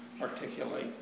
articulate